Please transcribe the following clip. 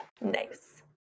Nice